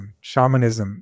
Shamanism